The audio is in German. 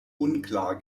unklar